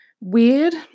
weird